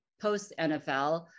post-NFL